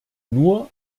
nur